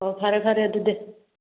ꯑꯣ ꯐꯔꯦ ꯐꯔꯦ ꯑꯗꯨꯗꯤ